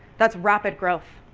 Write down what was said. that's rapid growth.